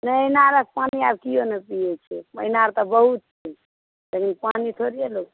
नहि इनारक पानी आब केओ नहि पियैत छै ईनार तऽ बहुत छै लेकिन पानि थोड़िये लोक